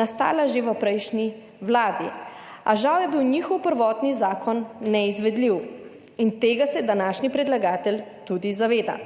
nastala že v prejšnji vladi, a žal je bil njihov prvotni zakon neizvedljiv in tega se današnji predlagatelj tudi zaveda.